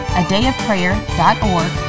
adayofprayer.org